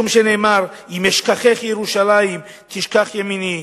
משום שנאמר: אם אשכחך ירושלים תשכח ימיני.